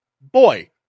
boy